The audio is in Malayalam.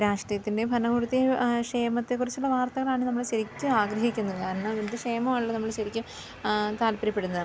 രാഷ്ട്രീയത്തിൻ്റെ ഭരണകൂടത്തെയും ആ ക്ഷേമത്തെക്കുറിച്ചുള്ള വാർത്തകളാണ് നമ്മൾ ശരിക്കും ആഗ്രഹിക്കുന്നത് കാരണം ഇത് ക്ഷേമമാണല്ലോ നമ്മൾ ശരിക്ക് താൽപ്പര്യപ്പെടുന്നത്